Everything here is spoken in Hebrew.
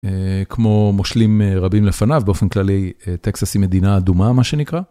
כמו מושלים רבים לפניו באופן כללי טקסס היא מדינה אדומה מה שנקרא.